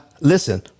Listen